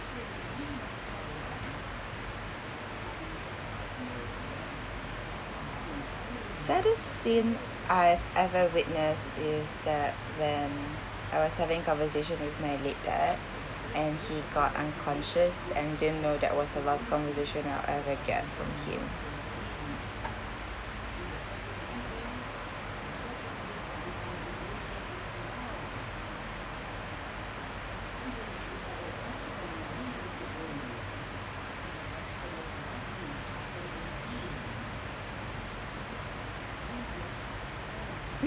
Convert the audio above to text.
saddest scene I've ever witness is that when I was having conversation with my late dad and he got unconscious and didn't know that was the last conversation that I'll ever get from him